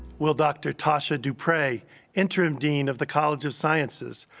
will dr. tosha dupras, interim dean of the college of sciences,